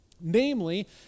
namely